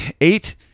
eight